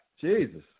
Jesus